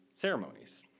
Ceremonies